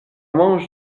mange